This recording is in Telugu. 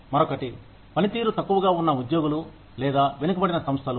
మరొకటి పనితీరు తక్కువగా ఉన్న ఉద్యోగులు లేదా వెనుకబడిన సంస్థలు